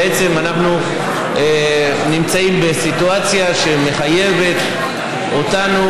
בעצם אנחנו נמצאים בסיטואציה שמחייבת אותנו